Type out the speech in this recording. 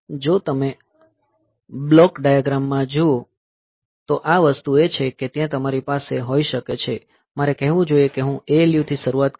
જો તમે block diagram માં જુઓ તો આ વસ્તુ એ છે કે જે ત્યાં તમારી પાસે હોઈ શકે છે મારે કહેવું જોઈએ કે હું ALU થી શરૂઆત કરીશ